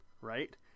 right